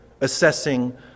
assessing